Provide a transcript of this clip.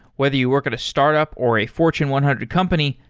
whether you work at a startup or a fortune one hundred company,